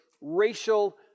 racial